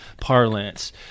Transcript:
parlance